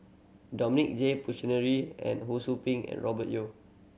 Dominic J Puthucheary and Ho Sou Ping and Robert Yeo